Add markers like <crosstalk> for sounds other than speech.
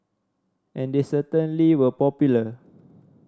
and they certainly were popular <noise>